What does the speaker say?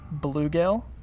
Bluegill